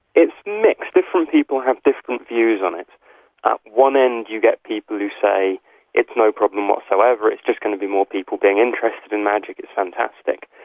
it's mixed. different people have different views on it. at one end you get people who say it's no problem whatsoever, it's just going to be more people being interested in magic, it's fantastic.